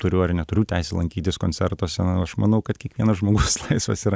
turiu ar neturiu teisę lankytis koncertuose na aš manau kad kiekvienas žmogus laisvas yra